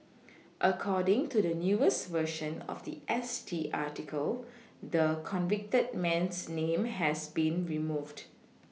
according to the newest version of the S T article the convicted man's name has been removed